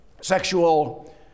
sexual